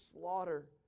slaughter